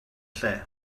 lle